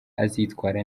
azitwara